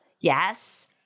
Yes